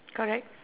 correct